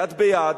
יד ביד,